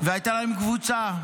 והייתה להם קבוצה,